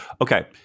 okay